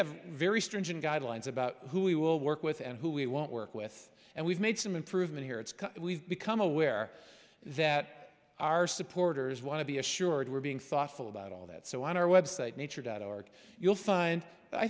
have very stringent guidelines about who we will work with and who we won't work with and we've made some improvement here it's we've become aware that our supporters want to be assured we're being thoughtful about all that so on our website nature dot org you'll find i